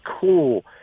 cool